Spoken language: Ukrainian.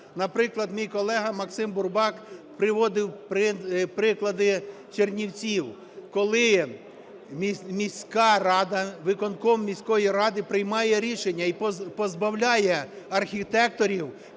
Наприклад, мій колега Максим Бурбак приводив приклади Чернівців, коли міська рада, виконком міської ради приймає рішення і позбавляє архітекторів